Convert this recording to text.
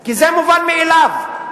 כי זה מובן מאליו.